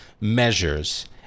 measures